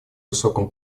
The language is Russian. высоком